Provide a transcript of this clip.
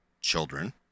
children